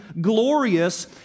glorious